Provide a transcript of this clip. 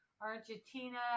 Argentina